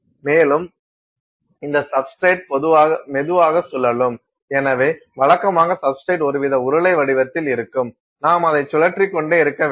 மேலும் இந்த சப்ஸ்டிரேட் மெதுவாக சுழலும் எனவே வழக்கமாக சப்ஸ்டிரேட் ஒருவித உருளை வடிவத்தில் இருக்கும் நாம் அதை சுழற்றிக் கொண்டே இருக்க வேண்டும்